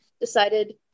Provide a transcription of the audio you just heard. Decided